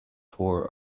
tore